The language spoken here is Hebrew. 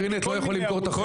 זה מכל מיני ערוצים.